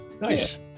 Nice